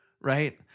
right